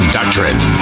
Doctrine